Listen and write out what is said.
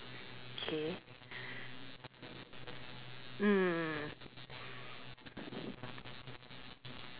K mm